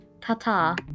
ta-ta